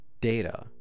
data